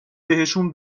بهشون